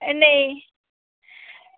नेईं